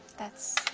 that's